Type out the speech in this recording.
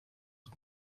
het